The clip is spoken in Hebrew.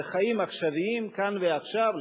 זה חיים עכשוויים, כאן ועכשיו.